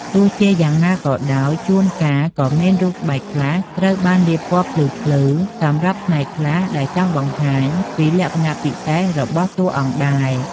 ទោះជាយ៉ាងណាក៏ដោយ ជួនកាលក៏មានរូបស្បែកខ្លះត្រូវបានលាបពណ៌ភ្លឺៗសម្រាប់ផ្នែកខ្លះដែលចង់បង្ហាញពីលក្ខណៈពិសេសរបស់តួអង្គដែរ។